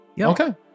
Okay